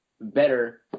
better